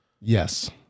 yes